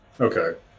Okay